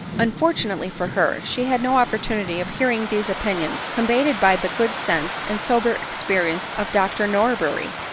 unfortunntely for her, she had no opportunity of hear ing these opinions combated by the good sense and sober experience of dr norberry,